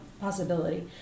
possibility